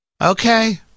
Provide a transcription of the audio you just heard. Okay